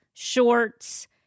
Shorts